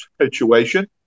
situation